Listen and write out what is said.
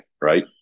Right